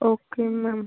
okay ma'am